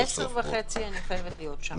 בעשר וחצי אני חייבת להיות שם.